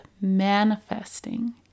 manifesting